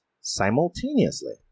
simultaneously